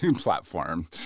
platform